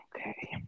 Okay